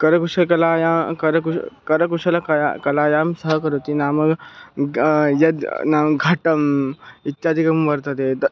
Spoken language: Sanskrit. करकुशकलायाः करकुशलतायाः करकुशलतायाः कलां सहकरोति नाम ग यद् नाम घटम् इत्यादिकं वर्तते तत्